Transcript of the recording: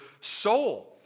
soul